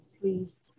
please